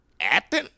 Acting